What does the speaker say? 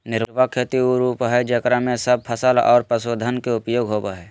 निर्वाह खेती के उ रूप हइ जेकरा में सब फसल और पशुधन के उपयोग होबा हइ